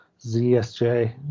ZSJ